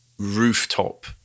rooftop